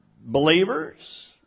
believers